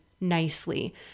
nicely